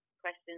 questions